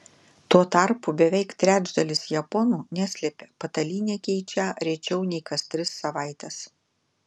tuo tarpu beveik trečdalis japonų neslėpė patalynę keičią rečiau nei kas tris savaites